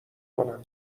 کنم